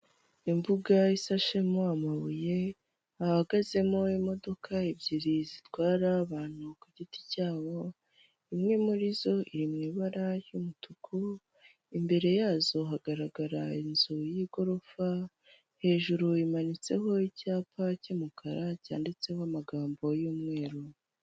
Imbuga isashemo amabuye hahagazemo imodoka ebyiri zitwara abantu ku giti cyabo, imwe muri zo iri mu ibara ry'umutuku, imbere yazo hagaragara inzu y'igorofa, hejuru imanitseho icyapa cy'umukara cyanditseho amagambo y'umweru.